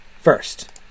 First